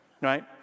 right